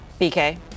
BK